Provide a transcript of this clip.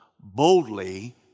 boldly